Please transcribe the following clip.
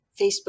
Facebook